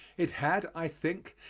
it had, i think,